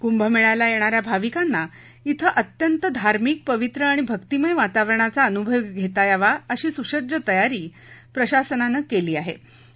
कुंभमेळ्याला येणा या भाविकांना क्षें अत्यंत धार्मिक पवित्र आणि भक्तीमय वातावरणाचा अनुभव घेता यावा अशी सुसज्ज तयारी प्रशासनानं केली आहे असं ते म्हणाले